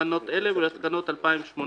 לתקנות אלה ולתקנות 2018,